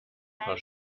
paar